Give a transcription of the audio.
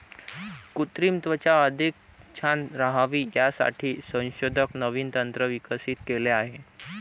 कृत्रिम त्वचा अधिक छान राहावी यासाठी संशोधक नवीन तंत्र विकसित केले आहे